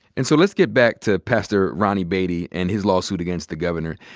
and so let's get back to pastor ronnie baity and his lawsuit against the governor.